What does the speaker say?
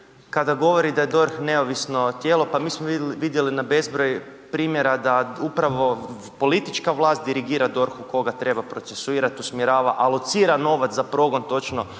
kada govori da je DORH neovisno tijelo. Pa mi smo vidjeli na bezbroj primjera da upravo politička vlast dirigira DORH-u koga treba procesirati, usmjerava, alocira novac za progon točno